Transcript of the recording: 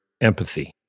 empathy